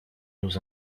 nos